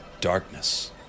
darkness